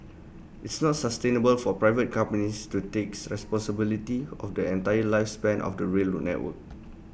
it's not sustainable for private companies to takes responsibility of the entire lifespan of the rail network